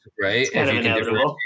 right